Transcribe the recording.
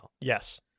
Yes